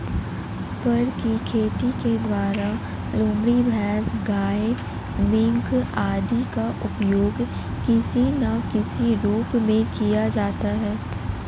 फर की खेती के द्वारा लोमड़ी, भैंस, गाय, मिंक आदि का उपयोग किसी ना किसी रूप में किया जाता है